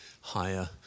higher